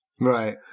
Right